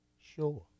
Sure